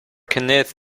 kenneth